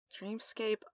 Dreamscape